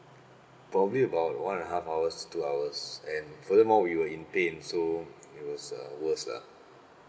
probably about one and a half hours to two hours and furthermore we were in pain so it was uh worse lah